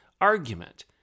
argument